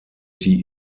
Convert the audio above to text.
die